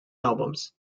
albums